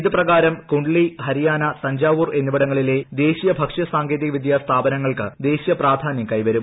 ഇതു പ്രകാരം കുണ്ട്ലി ഹരിയാന തഞ്ചാവൂർ എന്നിവിടങ്ങളിലെ ദേശീയ ഭക്ഷ്യ സാങ്കേതികവിദ്യ സ്ഥാപനങ്ങൾക്ക് ദേശീയ പ്രാധാന്യം കൈവരും